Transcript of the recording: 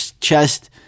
chest